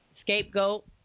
scapegoat